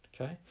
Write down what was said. Okay